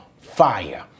fire